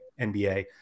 NBA